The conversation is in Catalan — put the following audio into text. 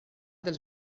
dels